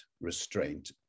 restraint